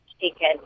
taken